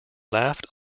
laughed